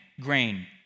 grain